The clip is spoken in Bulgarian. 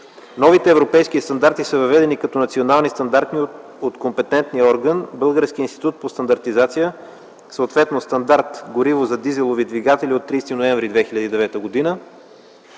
Новите европейски стандарти са въведени като национални стандарти от компетентния орган – Българския институт по стандартизация, съответно стандарт гориво за дизелови двигатели от 30 ноември 2009 г.,